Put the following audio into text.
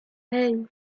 hey